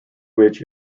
which